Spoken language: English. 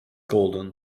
golden